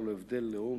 ללא הבדלי לאום,